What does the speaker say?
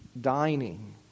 dining